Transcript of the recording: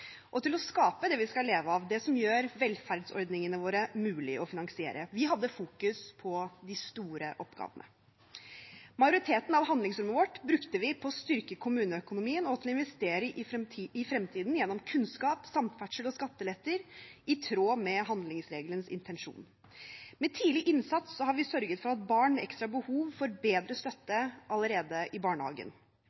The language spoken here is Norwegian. skape det vi skal leve av, det som gjør velferdsordningene våre mulig å finansiere. Vi fokuserte på de store oppgavene. Majoriteten av handlingsrommet vårt brukte vi på å styrke kommuneøkonomien og til å investere i fremtiden gjennom kunnskap, samferdsel og skattelettelser, i tråd med handlingsregelens intensjon. Med tidlig innsats har vi sørget for at barn med ekstra behov får bedre støtte